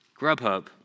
Grubhub